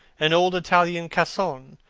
an old italian cassone,